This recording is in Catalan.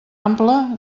ampla